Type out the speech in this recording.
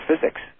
physics